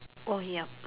oh yup